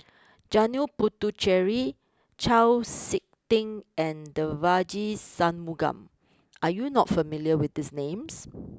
Janil Puthucheary Chau Sik Ting and Devagi Sanmugam are you not familiar with these names